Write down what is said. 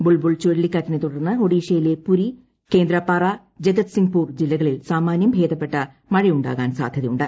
ബുൾബുൾ ചുഴലിക്കാറ്റിനെ തുടർന്ന് ഒഡീഷയിലെ പുരി കേന്ദ്രാപാറ ജഗത്ത്സിങ്പ്പൂർ ജില്ലകളിൽ സാമാന്യം ഭേദപ്പെട്ട മഴയുണ്ടാകാൻ സാധ്യതയുണ്ട്